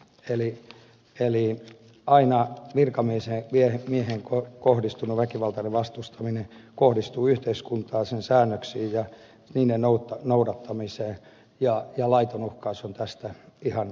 eli neljä ainoa virkamies ei vie aina virkamieheen kohdistunut väkivaltainen vastustaminen kohdistuu yhteiskuntaan sen säännöksiin ja niiden noudattamiseen ja laiton uhkaus on tästä ihan eri tasolla